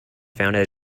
founded